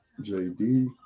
JD